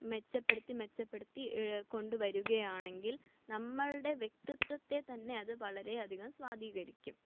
മെച്ചപ്പെടുത്തി മെച്ചപ്പെടുത്തി കൊണ്ടുവരുകയാണെങ്കിൽ നമ്മളുടെ വ്യക്തിത്വത്തെ തന്നെ അത് വളരെയധികം സ്വാധീകരിക്കും